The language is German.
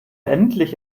endlich